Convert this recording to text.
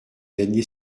gagné